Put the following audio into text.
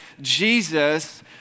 Jesus